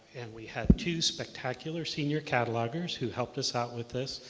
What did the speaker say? and we had two spectacular senior catalogers who helped us out with this.